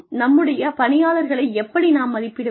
நம்முடைய பணியாளர்களை எப்படி நாம் மதிப்பிடுவது